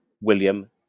William